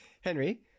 Henry